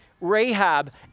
Rahab